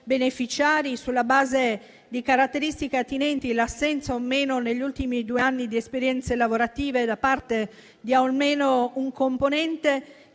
beneficiari, sulla base di caratteristiche attinenti l'assenza o no negli ultimi due anni di esperienze lavorative da parte di almeno un componente,